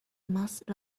most